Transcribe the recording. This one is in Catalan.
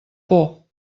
por